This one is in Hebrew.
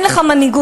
אין לך מנהיגות.